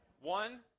one